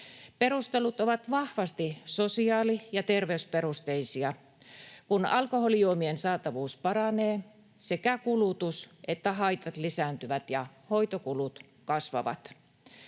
Perustelut ovat vahvasti sosiaali- ja terveysperusteisia. Kun alkoholijuomien saatavuus paranee, sekä kulutus että haitat lisääntyvät ja hoitokulut kasvavat.